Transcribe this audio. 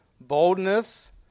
boldness